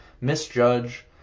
misjudge